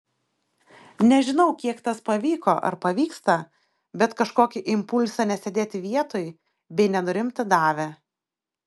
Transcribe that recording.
nežinau kiek tas pavyko ar pavyksta bet kažkokį impulsą nesėdėti vietoj bei nenurimti davė